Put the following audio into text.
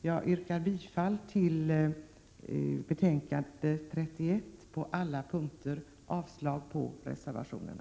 Jag yrkar på alla punkter bifall till hemställan i betänkandet 31 och avslag på reservationerna.